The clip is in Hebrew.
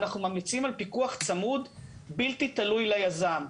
אנחנו ממליצים על פיקוח צמוד בלתי תלוי ליזם.